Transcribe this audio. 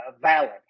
valid